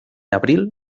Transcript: abril